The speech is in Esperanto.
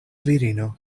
virino